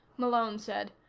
malone said.